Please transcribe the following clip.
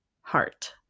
Heart